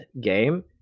game